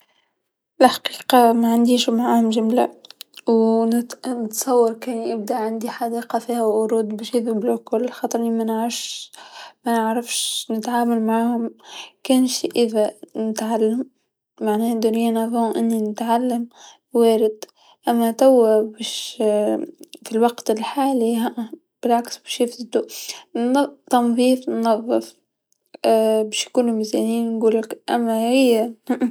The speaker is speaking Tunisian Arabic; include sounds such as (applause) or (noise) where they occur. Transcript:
الحقيقه معنديش معاهم جمله و نت-نتصور كي يبدا عندي حديقه فيها ورود باش يذبلو كل خاطرني منعرفش، منعرفش نتعامل معاهم، مكانش إذا نتعلم، معناه يدوني قبل نتعلم وارد، أما توا باش (hesitation) في الوقت الحالي بالعكس باش يفسدو، تنظيف النظف (hesitation) باش يكونو مزيانين نقولك أما هي. (hesitation)